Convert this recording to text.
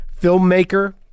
filmmaker